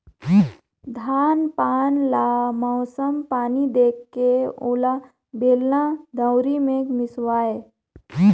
धान पान ल मउसम पानी देखके ओला बेलना, दउंरी मे मिसवाए